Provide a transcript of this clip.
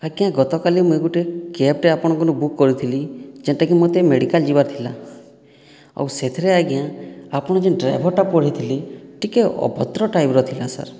ଆଜ୍ଞା ଗତକାଲି ମୁଇଁ ଗୁଟେ କ୍ୟାବ୍ଟେ ଆପଣଙ୍କର ନେ ବୁକ୍ କରିଥିଲି ଯେନ୍ଟାକି ମତେ ମେଡ଼ିକାଲ ଯିବାର ଥିଲା ଆଉ ସେଥିରେ ଆଜ୍ଞା ଆପଣ ଯେନ୍ ଡ୍ରାଇଭରଟା ପଠେଇଥିଲେ ଟିକେ ଅଭଦ୍ର ଟାଇପର ଥିଲା ସାର୍